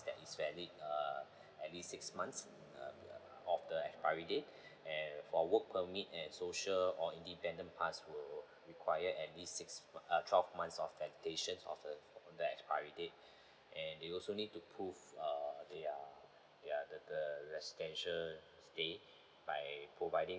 that is valid uh at least six months uh of the expiry date and for work permit and social or independent pass would require at least six uh twelve months of validation of the the expiry date and they also need to prove uh they are they are the the residential stay by providing